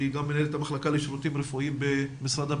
היא גם מנהלת המחלקה לשירותים רפואיים במשרד הבריאות.